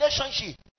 relationship